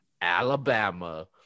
Alabama